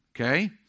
Okay